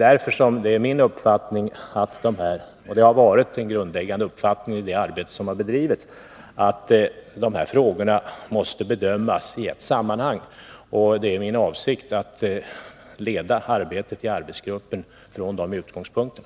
Därför är min uppfattning, och det har varit en grundläggande uppfattning i det arbete som har bedrivits, att dessa frågor måste bedömas i ett sammanhang. Det är min avsikt att leda arbetet i arbetsgruppen från de utgångspunkterna.